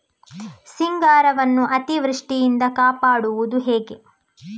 ಸಿಂಗಾರವನ್ನು ಅತೀವೃಷ್ಟಿಯಿಂದ ಕಾಪಾಡುವುದು ಹೇಗೆ?